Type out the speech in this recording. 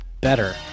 better